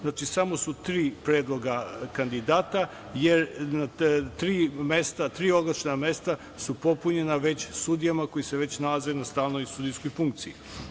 Znači, samo su tri predloga kandidata, jer na tri mesta, tri oglasna mesta su popunjena već sudijama koji se već nalaze na stalnoj sudijskoj funkciji.